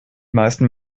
meisten